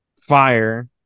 fire